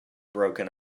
broken